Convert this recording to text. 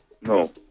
No